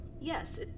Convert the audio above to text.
Yes